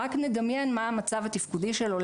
רק נדמיין מה המצב התפקודי שלו,